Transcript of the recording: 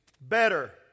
better